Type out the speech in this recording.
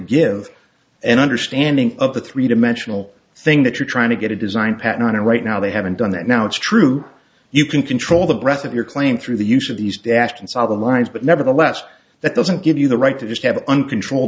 give an understanding of the three dimensional thing that you're trying to get a design pattern on and right now they haven't done that now it's true you can control the breath of your claim through the use of these dashed inside the minds but nevertheless that doesn't give you the right to just have uncontrolled